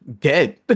dead